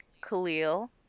Khalil